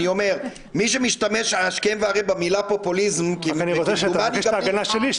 אני רק רוצה שכשאתה מבקש את ההגנה שלי,